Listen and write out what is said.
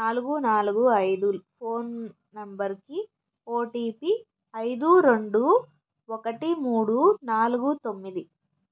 నాలుగు నాలుగు ఐదు ఫోన్ నంబర్కి ఓటీపి ఐదు రెండు ఒకటి మూడు నాలుగు తొమ్మిది